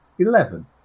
Eleven